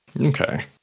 Okay